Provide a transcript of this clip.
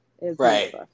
Right